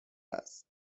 است